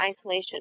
isolation